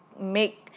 make